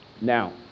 Now